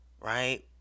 right